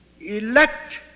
elect